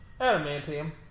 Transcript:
Adamantium